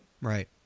Right